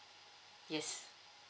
yes